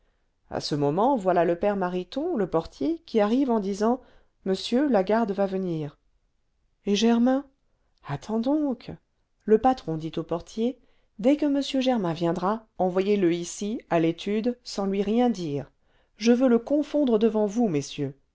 à ce moment voilà le père marriton le portier qui arrive en disant monsieur la garde va venir et germain attends donc le patron dit au portier dès que m germain viendra envoyez-le ici à l'étude sans lui rien dire je veux le confondre devant vous messieurs